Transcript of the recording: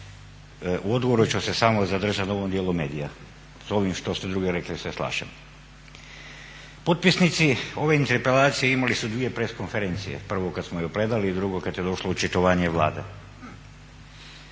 U odgovoru ću se samo zadržati u ovom dijelu medija, sa ovim što se drugim rekli se slažem. Potpisnici ove interpelacije imali su dvije press konferencije, prvo kada smo ju predali i drugo kada je došlo očitovanje Vlade.